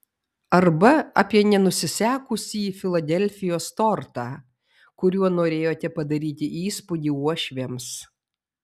arba apie nenusisekusį filadelfijos tortą kuriuo norėjote padaryti įspūdį uošviams